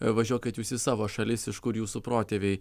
važiuokit jūs į savo šalis iš kur jūsų protėviai